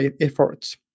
efforts